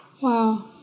Wow